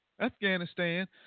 Afghanistan